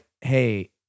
hey